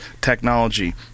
technology